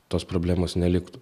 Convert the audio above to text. tos problemos neliktų